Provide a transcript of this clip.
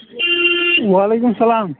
وعلیکُم اسَلام